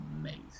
amazing